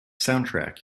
soundtrack